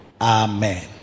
Amen